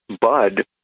Bud